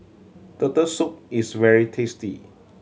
Turtle Soup is very tasty